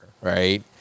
right